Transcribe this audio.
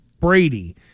Brady